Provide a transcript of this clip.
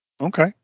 Okay